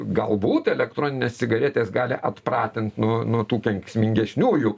galbūt elektroninės cigaretės gali atpratint nuo nuo tų kenksmingesniųjų